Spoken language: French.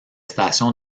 stations